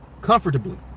comfortably